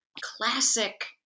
classic